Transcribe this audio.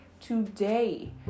today